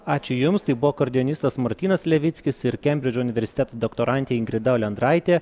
ačiū jums tai buvo akordeonistas martynas levickis ir kembridžo universiteto doktorantė ingrida olendraitė